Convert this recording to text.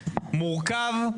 מורכב,